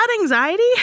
anxiety